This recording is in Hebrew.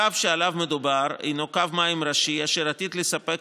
הקו שעליו מדובר הינו קו מים ראשי אשר עתיד לספק